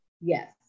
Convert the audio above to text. Yes